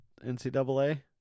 NCAA